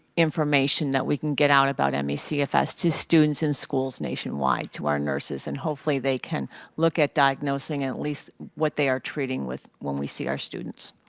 information that we can get out about me cfs to students and schools nationwide to our nurses and hopefully they can look at diagnosing at least what they are treating with when they see our students.